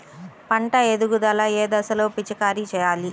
పంట ఎదుగుదల ఏ దశలో పిచికారీ చేయాలి?